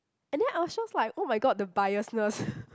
and then I was just like !oh-my-god! the biasness